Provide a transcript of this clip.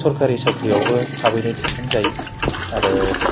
सरखारि साख्रियावबो थाबैनो थिसन जायो आरो